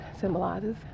symbolizes